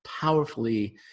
powerfully